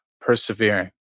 Persevering